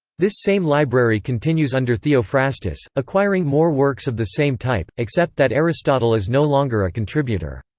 this same library continues under theophrastus, acquiring more works of the same type, except that aristotle is no longer a contributor.